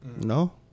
No